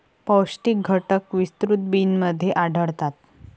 पौष्टिक घटक विस्तृत बिनमध्ये आढळतात